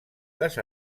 les